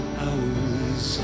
hours